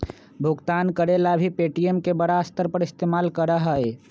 भुगतान करे ला भी पे.टी.एम के बड़ा स्तर पर इस्तेमाल करा हई